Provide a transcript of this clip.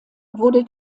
wurde